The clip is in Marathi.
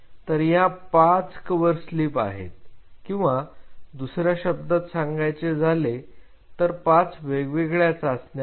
तर या पाच कव्हरस्लिप आहेत किंवा दुसऱ्या शब्दात सांगायचे झाले तर पाच वेगवेगळ्या चाचण्या आहेत